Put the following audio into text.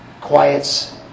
Quiets